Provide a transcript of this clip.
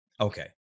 Okay